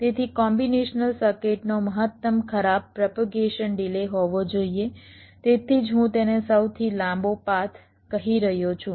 તેથી કોમ્બિનેશનલ સર્કિટનો મહત્તમ ખરાબ પ્રોપેગેશન ડિલે હોવો જોઈએ તેથી જ હું તેને સૌથી લાંબો પાથ કહી રહ્યો છું